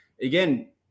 Again